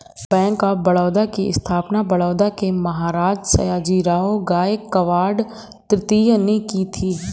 bank of Baroda की स्थापना बड़ौदा के महाराज सयाजीराव गायकवाड तृतीय ने की थी